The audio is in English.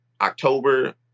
October